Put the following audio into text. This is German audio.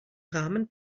rahmen